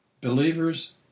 believers